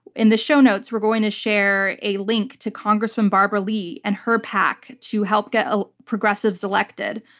in the show notes, we're going to share a link to congresswoman barbara lee and her pac to help get ah progressives elected.